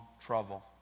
trouble